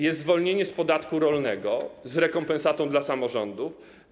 Jest zwolnienie z podatku rolnego z rekompensatą dla samorządów.